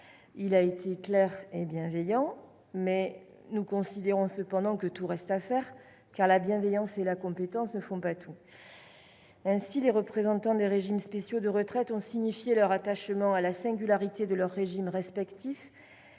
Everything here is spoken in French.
Il a été clair et bienveillant, mais nous considérons que tout reste à faire, car la bienveillance et la compétence ne font pas tout ... Ainsi, les représentants des régimes spéciaux de retraite ont signifié leur attachement à la singularité de leurs régimes respectifs